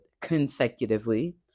consecutively